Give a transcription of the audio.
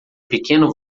pequeno